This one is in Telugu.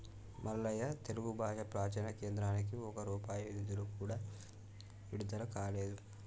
మల్లయ్య తెలుగు భాష ప్రాచీన కేంద్రానికి ఒక్క రూపాయి నిధులు కూడా విడుదల కాలేదు